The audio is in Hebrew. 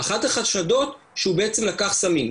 אחד החשדות שהוא בעצם לקח סמים.